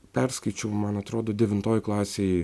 perskaičiau man atrodo devintoj klasėj